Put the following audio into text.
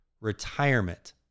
retirement